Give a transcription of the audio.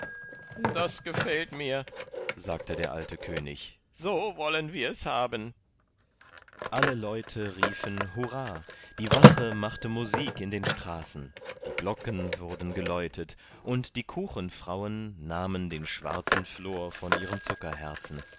das gefällt mir sagte der alte könig so wollen wir es haben alle leute riefen hurra die wache machte musik in den straßen die glocken wurden geläutet und die kuchenfrauen nahmen den schwarzen flor von ihren